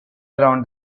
around